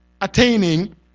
attaining